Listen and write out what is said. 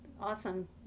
awesome